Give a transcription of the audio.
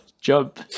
jump